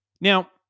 Now